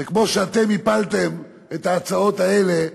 וכמו שאתם הפלתם את ההצעות האלה,